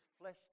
flesh